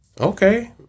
okay